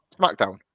smackdown